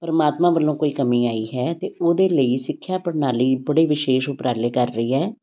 ਪਰਮਾਤਮਾ ਵੱਲੋਂ ਕੋਈ ਕਮੀ ਆਈ ਹੈ ਅਤੇ ਉਹਦੇ ਲਈ ਸਿੱਖਿਆ ਪ੍ਰਣਾਲੀ ਬੜੇ ਵਿਸ਼ੇਸ਼ ਉਪਰਾਲੇ ਕਰ ਰਹੀ ਹੈ